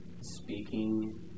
speaking